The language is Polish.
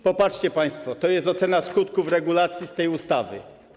Popatrzcie państwo, to jest ocena skutków regulacji z tej ustawy.